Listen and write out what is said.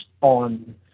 on